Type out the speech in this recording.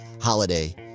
holiday